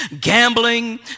gambling